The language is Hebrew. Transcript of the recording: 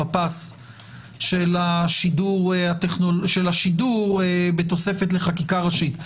הפס של השידור בתוספת לחקיקה ראשית,